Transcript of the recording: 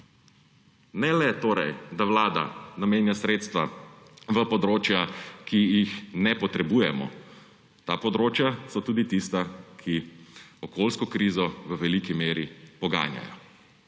Ne le da vlada namenja sredstva v področja, ki jih ne potrebujemo, ta področja so tudi tista, ki okoljsko krizo v veliki meri poganjajo.